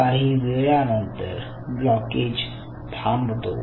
काही वेळानंतर ब्लॉकेज थांबतो